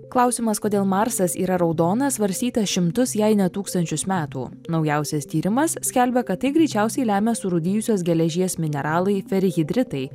klausimas kodėl marsas yra raudonas svarstytas šimtus jei ne tūkstančius metų naujausias tyrimas skelbia kad tai greičiausiai lemia surūdijusios geležies mineralai ferihidritai